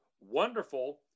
Wonderful